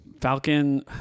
Falcon